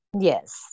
Yes